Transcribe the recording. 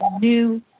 new